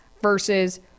versus